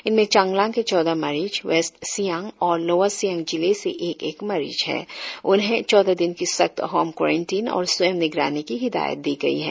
इनमें चांगलांग के चौदह मरीज वेस्ट सियांग और लोअर सियांग जिले से एक एक मरीज है उन्हें चौदह दिन की सख्त हॉम क्वारिनटाइन और स्वंय निगरानी की हिदायत दी गई है